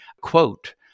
quote